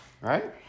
Right